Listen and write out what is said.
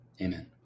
Amen